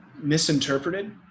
misinterpreted